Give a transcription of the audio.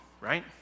right